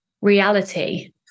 reality